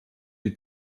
die